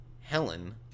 Helen